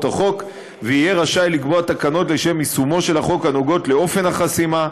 החוק ויהיה רשאי לקבוע תקנות לשם יישומו של החוק הנוגעות לאופן החסימה,